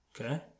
Okay